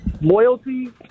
loyalty